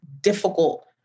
difficult